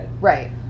Right